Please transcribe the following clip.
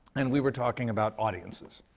and we were talking about audiences.